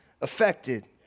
affected